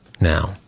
Now